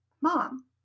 mom